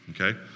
Okay